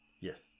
Yes